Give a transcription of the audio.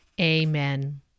Amen